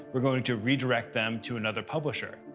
we're going to redirect them to another publisher.